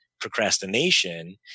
procrastination